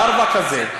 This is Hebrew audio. פרווה כזה.